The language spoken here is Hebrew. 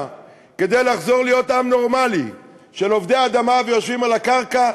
כדי לחזור להיות עם נורמלי של עובדי אדמה ויושבים על הקרקע,